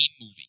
movie